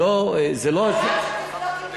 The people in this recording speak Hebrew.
אני אשמח,